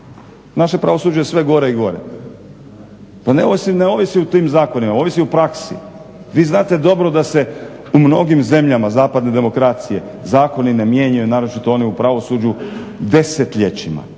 Naše je pravosuđe sve gore i gore. Pa ne ovisi o tim zakonima, ovisi o praksi. Vi znate dobro da se u mnogim zemljama zapadne demokracije zakoni ne mijenjaju naročito oni u pravosuđu desetljećima,